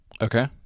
Okay